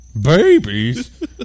Babies